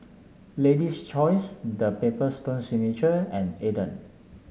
Lady's Choice The Paper Stone Signature and Aden